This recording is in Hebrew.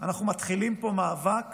אנחנו מתחילים פה מאבק